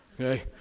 Okay